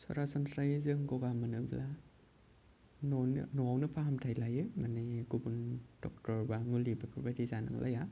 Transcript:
सरासन्स्रायै जों गगा मोनोब्ला न'आवनो फाहामथाय लायो माने गुबुन डक्टर बा मुलि बेफोरबायदि जानांलाया